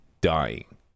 dying